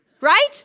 right